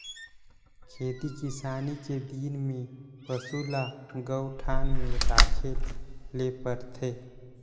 खेती किसानी के दिन में पसू ल गऊठान में राखे ले परथे